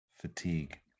fatigue